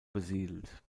besiedelt